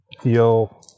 Feel